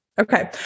Okay